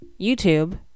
YouTube